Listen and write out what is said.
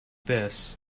this